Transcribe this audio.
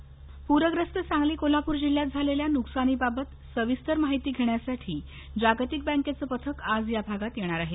सांगली पूर पथक प्रग्रस्त सांगली कोल्हापूर जिल्ह्यात झालेल्या नुकसानीबाबत सविस्तर माहिती घेण्यासाठी जागतिक बँकेचं पथक आज या भागात येणार आहे